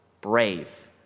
brave